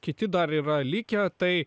kiti dar yra likę tai